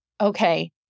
Okay